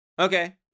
Okay